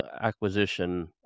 acquisition